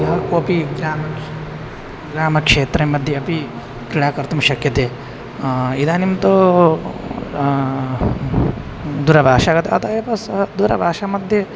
यः कोऽपि ग्रामक्ष् ग्रामक्षेत्रमध्ये अपि क्रीडा कर्तुं शक्यते इदानीं तु दूरभाषा गता अतः एव स दूरभाषामध्ये